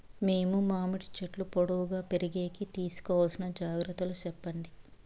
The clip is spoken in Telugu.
మేము మామిడి చెట్లు పొడువుగా పెరిగేకి తీసుకోవాల్సిన జాగ్రత్త లు చెప్పండి?